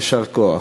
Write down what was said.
יישר כוח.